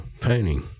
painting